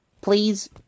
Please